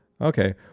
Okay